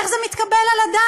איך זה מתקבל על הדעת?